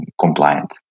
compliant